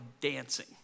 dancing